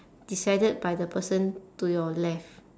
decided by the person to your left